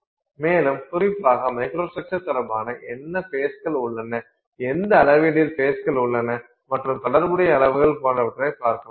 மேலும் குறிப்பாக மைக்ரோஸ்ட்ரக்சர் தொடர்பாக என்ன ஃபேஸ்கள் உள்ளன எந்த அளவீடுகளில் ஃபேஸ்கள் உள்ளன மற்றும் தொடர்புடைய அளவுகள் போன்றவைகளைப் பார்க்கலாம்